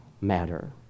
matter